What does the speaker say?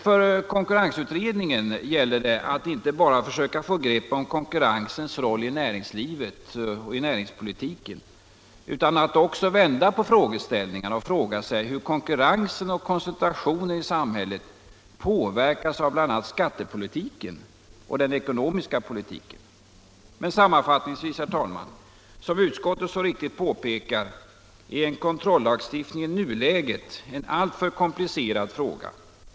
För konkurrensutredningen gäller det att inte bara försöka få grepp om konkurrensens roll i näringslivet och i näringspolitiken utan att också vända på frågeställningarna och fråga sig hur konkurrensen och koncentrationen i samhället påverkas av bl.a. skattepolitiken och den ekonomiska politiken. Sammanfattningsvis, herr talman! Som utskottet så riktigt påpekar är en kontrollagstiftning i nuläget en alltför komplicerad fråga.